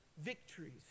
victories